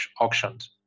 auctioned